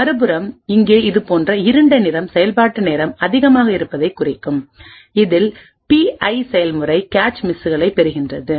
மறுபுறம் இங்கே இது போன்ற இருண்ட நிறம் செயல்பாட்டு நேரம் அதிகமாக இருந்ததைக் குறிக்கும் இதில் பி ஐP i செயல்முறை கேச் மிஸ்களை பெறுகின்றது